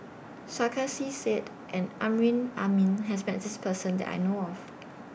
Sarkasi Said and Amrin Amin has Met This Person that I know of